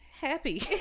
happy